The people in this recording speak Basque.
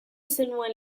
zenuen